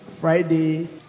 Friday